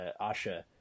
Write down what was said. Asha